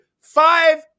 Five